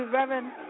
Reverend